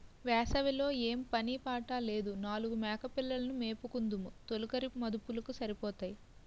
వేసవి లో ఏం పని పాట లేదు నాలుగు మేకపిల్లలు ను మేపుకుందుము తొలకరి మదుపులకు సరిపోతాయి